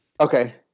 Okay